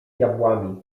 diabłami